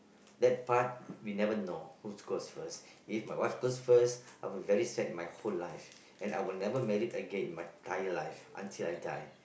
that part we never know who goes first if my wife goes first I will very sad my whole life and I would never married again in my entire life until I die